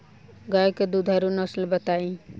गाय के दुधारू नसल बताई?